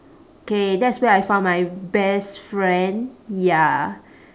okay that's where I found my best friend ya